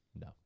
No